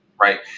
Right